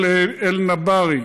של אלנבארי,